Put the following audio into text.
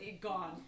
gone